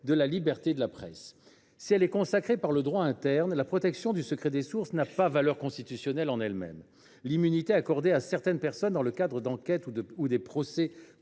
de la liberté de la presse. Si elle est consacrée par le droit interne, la protection du secret des sources n’a pas valeur constitutionnelle en elle même. L’immunité accordée à certaines personnes dans le cadre d’enquêtes ou de procès